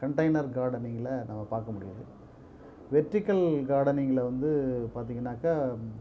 container கார்டனிங்ல நம்ம பார்க்க முடியுது வெர்டிகள் கார்டனிங்ல வந்து பார்த்திங்கனாக்கா